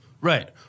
Right